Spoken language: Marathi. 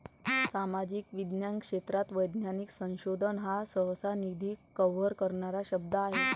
सामाजिक विज्ञान क्षेत्रात वैज्ञानिक संशोधन हा सहसा, निधी कव्हर करणारा शब्द आहे